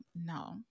No